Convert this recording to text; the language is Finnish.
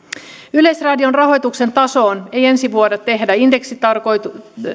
yleisradion rahoituksen tasoon ei ensi vuonna tehdä indeksitarkistusta